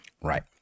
Right